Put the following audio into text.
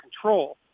control